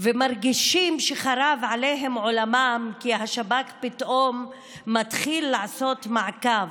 ומרגישים שחרב עליהם עולמם כי השב"כ פתאום מתחיל לעשות מעקב.